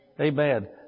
Amen